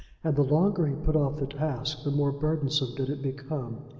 and the longer he put off the task the more burdensome did it become.